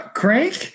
crank